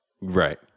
right